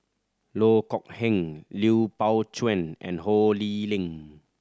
Loh Kok Heng Lui Pao Chuen and Ho Lee Ling